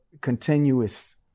continuous